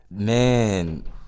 Man